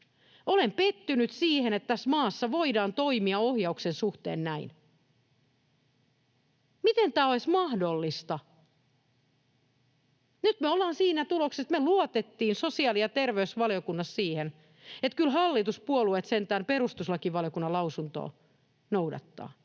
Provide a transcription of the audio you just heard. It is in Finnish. Olen pettynyt siihen, että tässä maassa voidaan toimia ohjauksen suhteen näin. Miten tämä on edes mahdollista? Nyt me ollaan siinä tuloksessa, että me luotettiin sosiaali- ja terveysvaliokunnassa siihen, että kyllä hallituspuolueet sentään perustuslakivaliokunnan lausuntoa noudattavat.